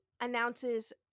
announces